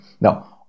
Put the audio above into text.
now